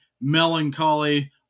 melancholy